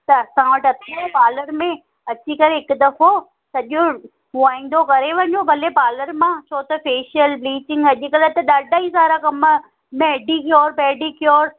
त तव्हां वटि अचे पालर में अची करे हिकु दफ़ो सॼो मुआईंदो करे वञो भले पालर मां छो त फेशियल ब्लीचिंग अॼुकल्ह त ॾाढा ई सारा कमु मेडिक्योर पेडिक्योर